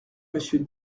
monsieur